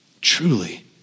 truly